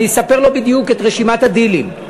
אני אספר לו בדיוק את רשימת הדילים,